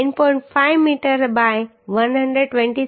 5 metre by 127